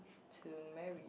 to marry